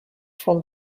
from